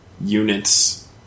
units